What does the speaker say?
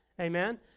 Amen